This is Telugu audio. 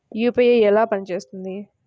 యూ.పీ.ఐ ఎలా పనిచేస్తుంది?